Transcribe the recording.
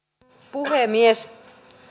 puhemies